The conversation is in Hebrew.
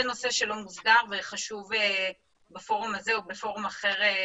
זה נושא שלא מוסדר וחשוב לדבר עליו בפורום הזה או בפורום אחר.